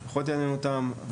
שפחות יעניין אותם,